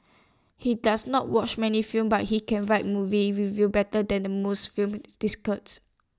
he does not watch many films but he can write movie reviews better than the most film